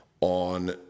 on